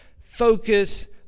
focus